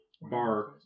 bar